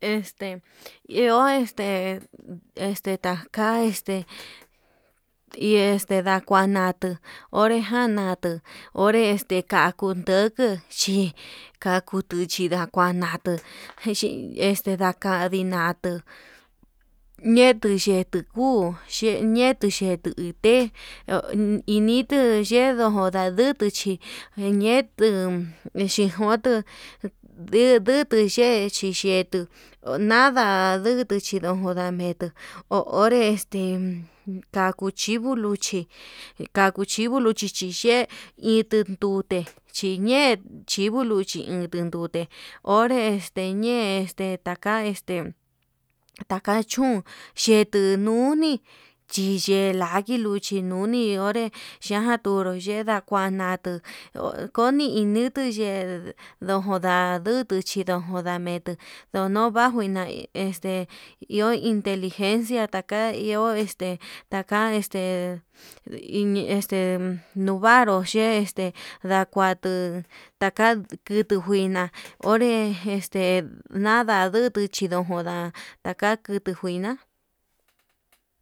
Este iho este kata esta hi este ndakua natuu, onrejan natuu onre este kanku nduku chí kautu chindakuana tu este dakadi natuu, ñetuu yetuu kuu xhi ñetuu yetuu ité ho initu xhedo ndadutu chí, enñetu ichinjotu ndidutu xhe ixhetu onada ndutu xhinujonda, ndametu ho onré nde kaku chivu nduchi kaku chivo'o luchi xhiye ituu ndute, chiñe'e chivo luchí tindute onre este ñe'e este taka este, taka chún yete nuni chiye'e laguilu nuchi nuni onré chjan nduru yena nakuatu koni inutu ye'e, ndojon nda ndutu chinuko ndametu ndono bajui nda este iho inteligencia taka iho este, taka este iñi este nduvanru ye'e este ndakuatu ndaka kutu njuina onre este nanda ndutuu chí, ndo jonra ndakua kutu njuina.